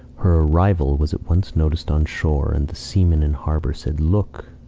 her arrival was at once noticed on shore, and the seamen in harbour said look!